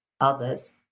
others